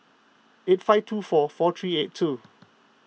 eight five two four four three eight two